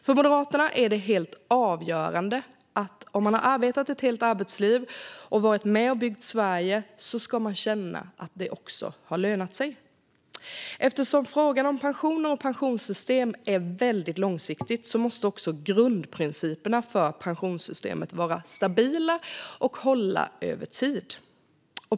För Moderaterna är det helt avgörande att om man har arbetat ett helt arbetsliv och varit med och byggt Sverige ska man känna att det har lönat sig. Eftersom frågan om pensionerna och pensionssystemet är långsiktig måste också grundprinciperna för pensionssystemet vara stabila och hålla över tid.